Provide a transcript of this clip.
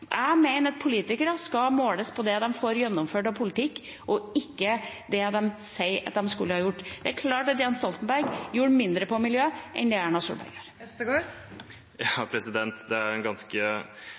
Jeg mener at politikere skal måles på det de får gjennomført av politikk, ikke det de sier at de skulle ha gjort. Det er klart at Jens Stoltenberg gjorde mindre på miljø enn det Erna Solberg gjør.